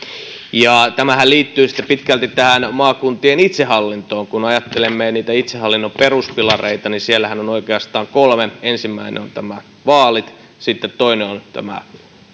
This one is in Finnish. tämähän liittyy sitten pitkälti maakuntien itsehallintoon kun ajattelemme itsehallinnon peruspilareita niin siellähän on oikeastaan kolme ensimmäinen on vaalit sitten toinen on